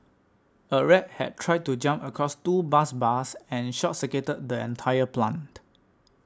a rat had tried to jump across two bus bars and short circuited the entire plant